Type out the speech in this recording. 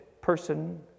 person